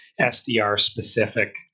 SDR-specific